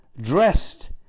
dressed